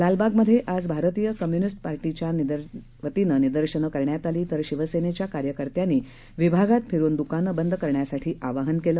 लालबागमध्ये आज भारतीय कम्युनिस्ट पक्षानं निदर्शनं केली तर शिवसेनेच्या कार्यकर्त्यांनी विभागात फिरून दुकानं बंद करण्यासाठी आवाहन केलं